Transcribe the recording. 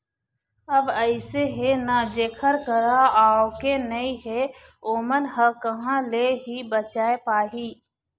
अब अइसे हे ना जेखर करा आवके नइ हे ओमन ह कहाँ ले ही बचाय पाही